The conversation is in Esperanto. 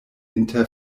inter